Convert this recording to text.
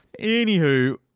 Anywho